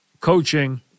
coaching